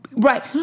Right